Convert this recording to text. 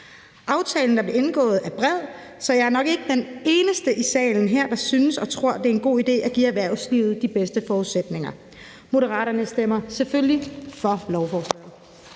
Aftalen, der blev indgået er bred, så jeg er nok ikke den eneste i salen her, der synes og tror, det er en god idé at give erhvervslivet de bedste forudsætninger. Moderaterne stemmer selvfølgelig for lovforslaget.